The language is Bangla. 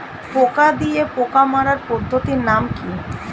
পোকা দিয়ে পোকা মারার পদ্ধতির নাম কি?